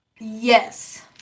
Yes